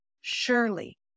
surely